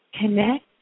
connect